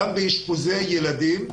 גם באשפוזי ילדים.